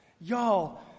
Y'all